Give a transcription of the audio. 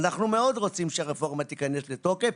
אנחנו מאוד רוצים שהרפורמה תכנס לתוקף,